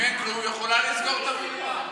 אם אין כלום, היא יכולה לסגור את המליאה.